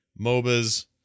MOBAs